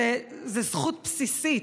זאת זכות בסיסית.